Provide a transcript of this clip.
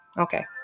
Okay